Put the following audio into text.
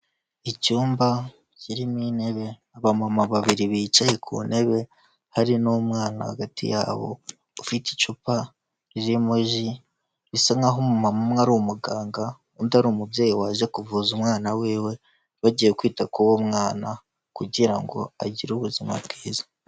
Icyumba kirimo intebe abamama babiri bicaye ku ntebe hari n'umwana hagati yabo ufite icupa ririmo ji, bisa nk'aho umumama umwe ari umuganga undi ari umubyeyi waje kuvuza umwana wiwe bagiye kwita kuri uwo mwana kugira ngo agire ubuzima bwiza.